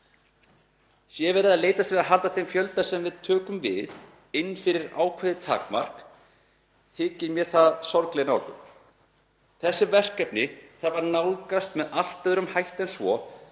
Sé verið að leitast við að halda þeim fjölda sem við tökum við fyrir innan ákveðið takmark þykir mér það sorgleg nálgun. Þessi verkefni þarf að nálgast með allt öðrum hætti en